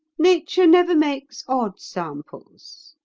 nature never makes odd samples